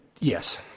yes